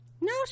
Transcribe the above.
No